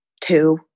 two